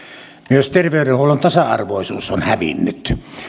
myös terveydenhuollon tasa arvoisuus on hävinnyt